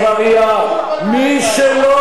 מי שלא מסוגל,